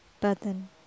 button